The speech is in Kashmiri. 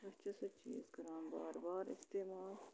أسۍ چھِ سُہ چیٖز کَران بار بار اِستعمال